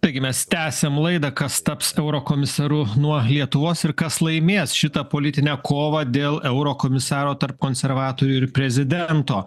taigi mes tęsiam laidą kas taps eurokomisaru nuo lietuvos ir kas laimės šitą politinę kovą dėl eurokomisaro tarp konservatorių ir prezidento